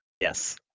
Yes